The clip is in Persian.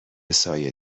سایه